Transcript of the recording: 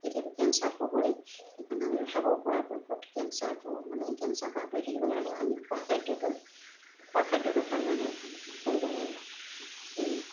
তেতিয়াতো কেঞ্চাৰ হ'বই সেইকাৰণে আমি ভাবোঁ পৰা পক্ষত কেঞ্চাৰটো মানে কেঞ্চাৰৰ কৰা আঁতৰি থাকিবলৈ হ'লে আমি খোৱা খাদ্যটো খোৱা খাদ্যটো ভালধৰণে কৰিব লাগিব